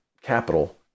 capital